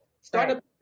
startup